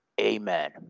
Amen